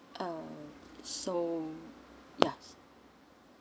um so yeah